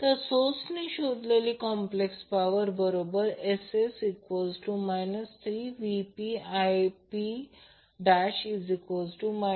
तर सोर्सने शोधलेली कॉम्प्लेक्स पॉवर बरोबर Ss 3VpIp 3110∠0°6